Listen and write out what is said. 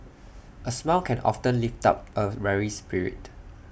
A smile can often lift up A weary spirit